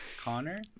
Connor